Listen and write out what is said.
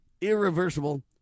irreversible